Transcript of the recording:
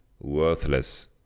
worthless